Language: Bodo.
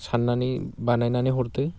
साननानै बानायनानै हरदो